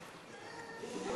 להם רשות